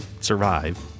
survive